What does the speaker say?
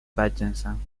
بدجنسم